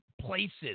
places